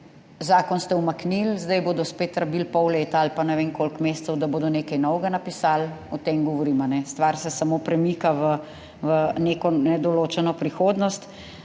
zakon ste umaknili, zdaj bodo spet rabili pol leta ali pa ne vem koliko mesecev, da bodo nekaj novega napisali. O tem govorim, stvar se samo premika v neko nedoločeno prihodnost.